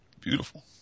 beautiful